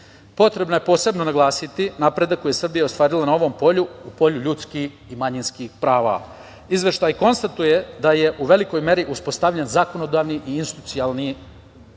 EU.Potrebno je posebno naglasiti napredak koji je Srbija ostvarila na ovom polju, polju ljudskih i manjinskih prava. Izveštaj konstatuje da je u velikoj meri uspostavljeni zakonodavni i institucionalni okvir